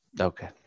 Okay